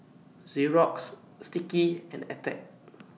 Xorex Sticky and Attack